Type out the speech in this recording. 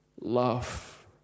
love